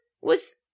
was-